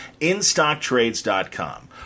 Instocktrades.com